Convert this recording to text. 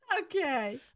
Okay